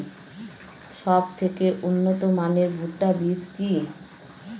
সবথেকে উন্নত মানের ভুট্টা বীজ কি?